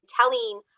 telling